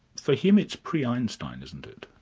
for him it's pre-einstein, isn't it?